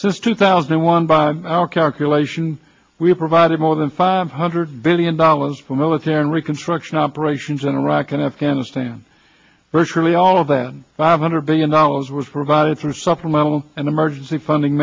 sister two thousand and one by our calculation we provided more than five hundred billion dollars for military and reconstruction operations in iraq and afghanistan virtually all of that five hundred billion dollars was provided for supplemental and emergency funding